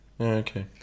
okay